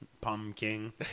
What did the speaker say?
Pumpkin